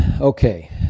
Okay